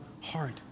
heart